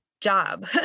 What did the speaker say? job